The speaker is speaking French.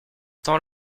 temps